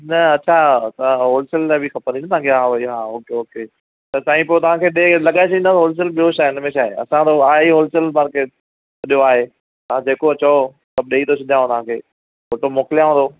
न असां असां होलसेल लाइ बि खपंदी आहिनि तव्हां खे हा वरी हां ओके ओके त साईं पोइ तव्हां खे ॾे लॻाए छॾींदा होलसेल ॿियो छाहे हुन में छाहे असां जो आहे ई होलसेल मार्किट सॼो आहे तव्हां जेको चओ सभु ॾेई थो छॾियांव तव्हां खे हुतां मोकिलियांव थो